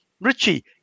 richie